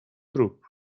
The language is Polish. trup